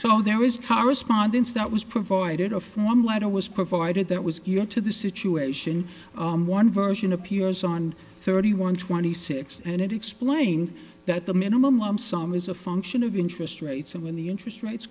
it was provided a form letter was provided that was given to the situation one version appears on thirty one twenty six and it explains that the minimum lump sum is a function of interest rates and when the interest rates